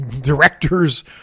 directors